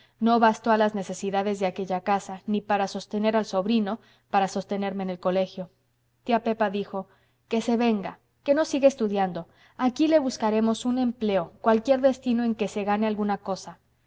no bastó a las necesidades de aquella casa ni para sostener al sobrino para sostenerme en el colegio tía pepa dijo que se venga que no siga estudiando aquí le buscaremos un empleo cualquier destino en que se gane alguna cosa